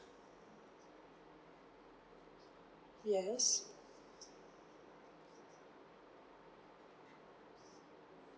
yes